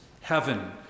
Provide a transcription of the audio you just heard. Heaven